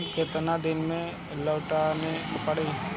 Loan केतना दिन में लौटावे के पड़ी?